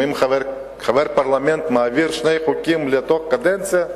אם חבר פרלמנט מעביר שני חוקים באותה קדנציה,